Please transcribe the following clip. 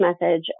message